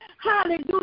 hallelujah